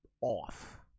off